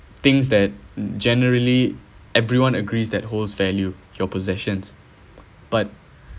things that generally everyone agrees that holds value your possessions but